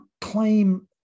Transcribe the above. claim